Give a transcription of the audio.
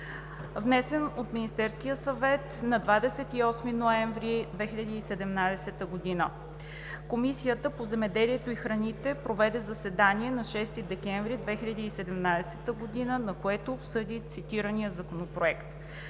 внесен от Министерския съвет на 28 ноември 2017 г. Комисията по земеделието и храните проведе заседание на 6 декември 2017 г., на което обсъди цитирания Законопроект.